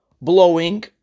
blowing